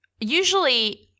usually